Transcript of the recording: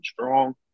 strong